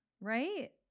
right